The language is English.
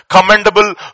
Commendable